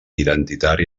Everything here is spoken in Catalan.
identitari